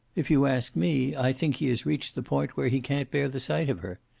if you ask me, i think he has reached the point where he can't bear the sight of her.